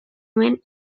nuen